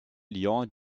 lyon